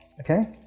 okay